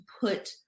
put